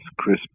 CRISPR